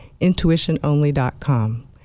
intuitiononly.com